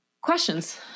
questions